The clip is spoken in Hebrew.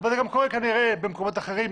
אבל זה גם קורה כנראה במקומות אחרים,